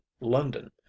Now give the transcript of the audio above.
London